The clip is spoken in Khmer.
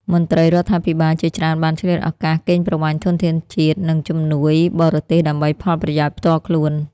មន្ត្រីរដ្ឋាភិបាលជាច្រើនបានឆ្លៀតឱកាសកេងប្រវ័ញ្ចធនធានជាតិ និងជំនួយបរទេសដើម្បីផលប្រយោជន៍ផ្ទាល់ខ្លួន។